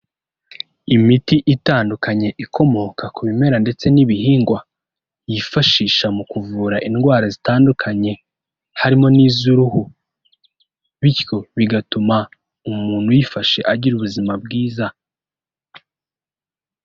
Imiti itandukanye ikomoka ku bimera ndetse n'ibihingwa yifashisha mu kuvura indwara zitandukanye harimo n'iz'uruhu, bityo bigatuma umuntu iyifashe agira ubuzima bwiza.